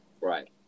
right